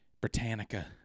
Britannica